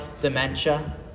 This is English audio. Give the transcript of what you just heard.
dementia